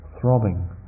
throbbing